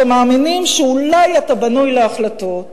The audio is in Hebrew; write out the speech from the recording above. שמאמינים שאולי אתה בנוי להחלטות.